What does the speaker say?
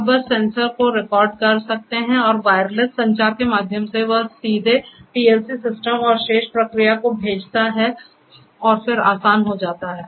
आप बस सेंसर को रिकॉर्ड कर सकते हैं और वायरलेस संचार के माध्यम से यह सीधे पीएलसी सिस्टम और शेष प्रक्रिया को भेजता है फिर आसान हो जाता है